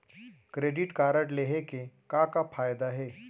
Credit card लेहे के का का फायदा हे?